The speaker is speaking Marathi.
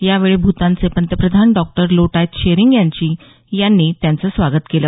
यावेळी भूतानचे पंतप्रधान डॉ लोटाय त्शेरिंग यांनी त्यांचं स्वागत केलं